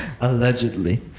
Allegedly